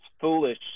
foolish